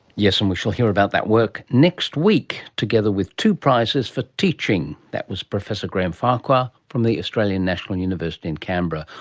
yes, and we shall hear about that work next week, together with two prizes for teaching. that was professor graham farquhar from the australian national university in canberra,